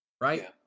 right